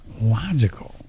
logical